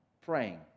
praying